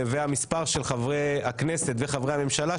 3. המספר של חברי הכנסת וחברי הממשלה,